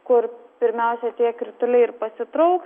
kur pirmiausia tie krituliai ir pasitrauks